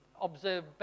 observe